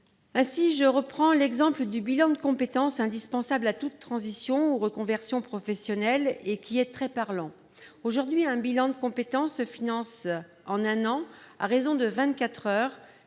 Ainsi, je reprends l'exemple du bilan de compétences indispensable à toute transition ou reconversion professionnelle et qui est très parlant. Aujourd'hui, un bilan de compétences, d'une durée de vingt-quatre heures,